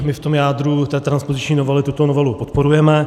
My v tom jádru té transpoziční novely tuto novelu podporujeme.